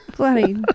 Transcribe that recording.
Bloody